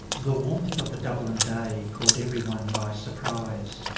the warmth of the dublin day caught everyone by surprise.